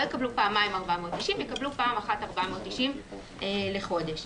יקבלו פעמיים 490 אלא פעם אחת 490 שקלים לחודש.